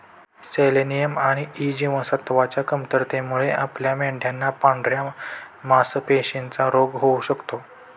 selenium आणि E जीवनसत्वच्या कमतरतेमुळे आपल्या मेंढयांना पांढऱ्या मासपेशींचा रोग होऊ शकतो